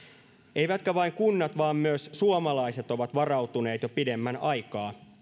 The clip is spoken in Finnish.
eivätkä vain kunnat vaan myös suomalaiset ovat varautuneet jo pidemmän aikaa